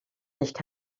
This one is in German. nicht